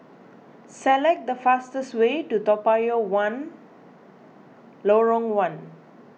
select the fastest way to Lorong one Toa Payoh